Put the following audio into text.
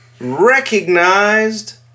recognized